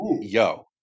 yo